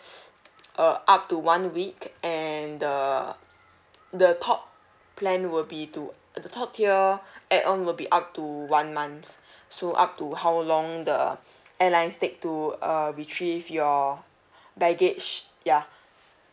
uh up to one week and the the top plan will be to the top tier add on would be up to one month so up to how long the airlines take to uh retrieve your baggage ya